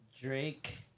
Drake